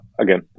again